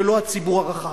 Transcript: ולא הציבור הרחב.